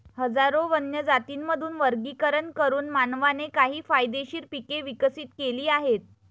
हजारो वन्य जातींमधून वर्गीकरण करून मानवाने काही फायदेशीर पिके विकसित केली आहेत